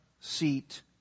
seat